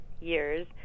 years